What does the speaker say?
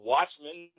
Watchmen